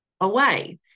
away